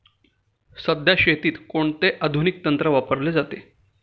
सध्या शेतीत कोणते आधुनिक तंत्र वापरले जाते?